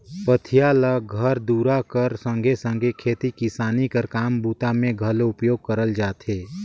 पथिया ल घर दूरा कर संघे सघे खेती किसानी कर काम बूता मे घलो उपयोग करल जाथे